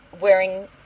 wearing